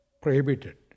prohibited